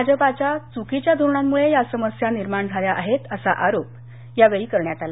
भाजपाच्या चुकीच्या धोरणामुळे या समस्या निर्माण झाल्या आहेत अशी टीका यावेळी करण्यात आली